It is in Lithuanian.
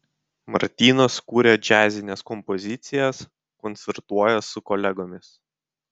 martynas kuria džiazines kompozicijas koncertuoja su kolegomis